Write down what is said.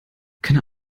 keine